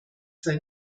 zwei